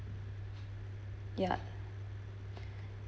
ya